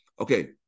Okay